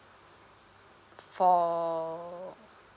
for